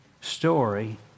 story